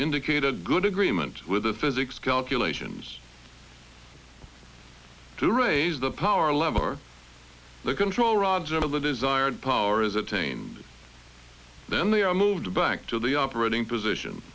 indicated good agreement with the physics calculations to raise the power level or the control rods or the desired power is attained then they are moved back to the operating position